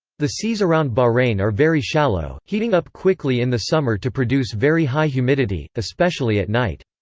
the seas around bahrain are very shallow, heating up quickly in the summer to produce very high humidity, especially at night.